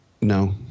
No